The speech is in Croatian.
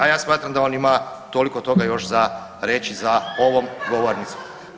A ja smatram da on ima toliko toga još za reći za ovom govornicom.